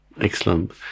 Excellent